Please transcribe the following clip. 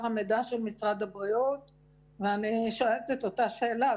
המידע של משרד הבריאות ואני שואלת את אותה שאלה,